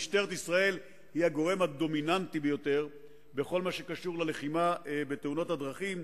משטרת ישראל היא הגורם הדומיננטי בכל מה שקשור ללחימה בתאונות הדרכים,